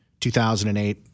2008